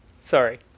Sorry